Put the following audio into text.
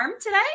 today